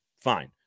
fine